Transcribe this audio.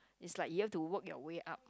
is like you have to work your way up